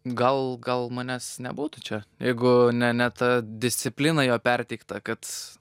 gal gal manęs nebūtų čia jeigu ne ne ta disciplina jo perteikta kad